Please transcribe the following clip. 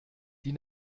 die